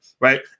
right